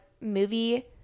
movie